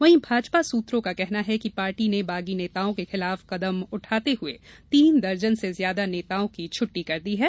वहीं भाजपा सूत्रों का कहना है कि पार्टी ने बागी नेताओं के खिलाफ कदम उठाते हुए तीन दर्जन से ज्यादा नेताओं की छुट्टी कर दी है